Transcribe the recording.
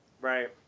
right